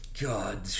God